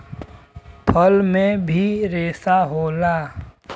फल में भी रेसा होला